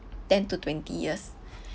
ten to twenty years